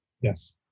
Yes